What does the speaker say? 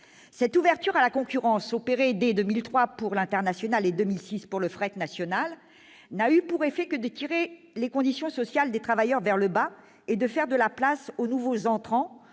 Cette ouverture à la concurrence, opérée dès 2003 pour l'international et dès 2006 pour le fret national, a eu pour seul effet de tirer les conditions sociales des travailleurs vers le bas et de faire de la place aux nouveaux entrants,